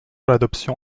l’adoption